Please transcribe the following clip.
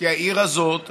כי העיר הזאת,